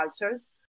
cultures